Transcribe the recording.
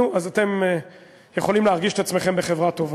נו, אז אתם יכולים להרגיש את עצמכם בחברה טובה.